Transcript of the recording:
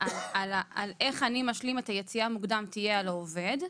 על איך אני משלים את היציאה מוקדם תהיה על העובד,